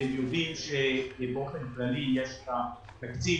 אתם יודעים שברבעון הישראלי יש את התקציב